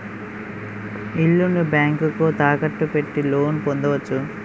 ఇల్లుని బ్యాంకుకు తాకట్టు పెట్టి లోన్ పొందవచ్చు